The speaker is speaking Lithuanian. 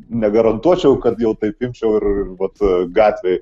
negarantuočiau kad jau taip imčiau ir vat gatvėj